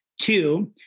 Two